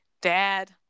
Dad